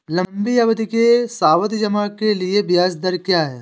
लंबी अवधि के सावधि जमा के लिए ब्याज दर क्या है?